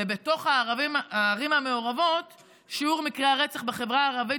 ובתוך הערים המעורבות שיעור מקרי הרצח בחברה הערבית